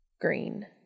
Green